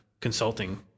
consulting